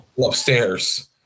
upstairs